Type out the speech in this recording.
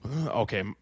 Okay